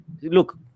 Look